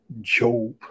Job